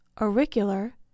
auricular